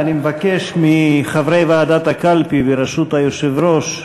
ואני מבקש מחברי ועדת הקלפי בראשות היושב-ראש,